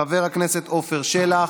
חבר הכנסת עפר שלח,